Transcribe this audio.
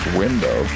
window